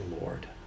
Lord